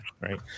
right